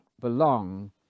belong